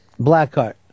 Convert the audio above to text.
Blackheart